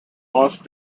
lost